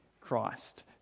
Christ